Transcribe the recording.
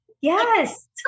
Yes